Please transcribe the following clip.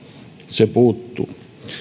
se puuttuu